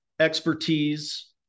expertise